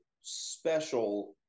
special